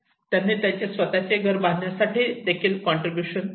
त्यांनी त्यांचे स्वतःचे घरे बांधण्यासाठी देखील कॉन्ट्रीब्युशन केले